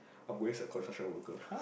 I'm going as a construction worker